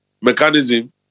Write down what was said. mechanism